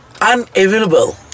unavailable